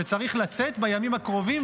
שצריך לצאת בימים הקרובים,